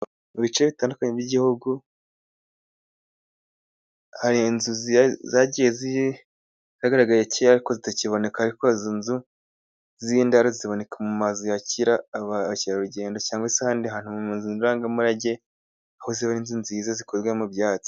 Mu bice bitandukanye by'igihugu, hari inzu zagaragaye kera, ariko zitakiboneka. Ariko izi nzu z'indaro ,ziboneka mu mazu yakira abakerarugendo, cyangwa se ahandi hantu mu mazu ndangamurage, aho ziba ari inzu nziza zikozwe mu byatsi.